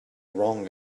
wrong